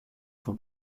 font